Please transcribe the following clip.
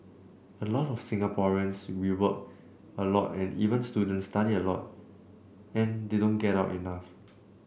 a lot of Singaporeans we work a lot and even students study a lot and they don't get out enough